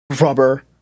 rubber